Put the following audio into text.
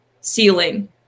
ceiling